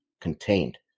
contained